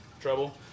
trouble